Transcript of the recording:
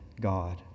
God